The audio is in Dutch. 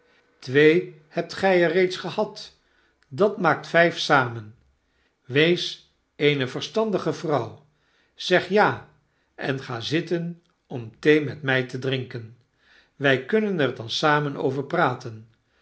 twee hebt gij er reeds gehad dat maakt vgf samen wees eene verstandige vrouw zeg ja en ga zitten om thee met mfl te drinken wy kunnen er dan samen over praten